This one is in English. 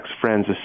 friends